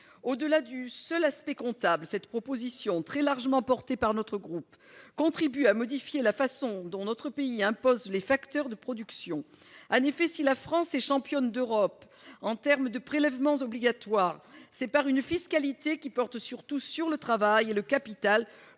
Au-delà du seul aspect comptable, cette mesure, très largement défendue par les membres de mon groupe, contribuera à modifier la façon dont notre pays impose les facteurs de production. En effet, si la France est championne d'Europe des prélèvements obligatoires, c'est par une fiscalité qui porte surtout sur le travail et le capital,